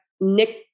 Nick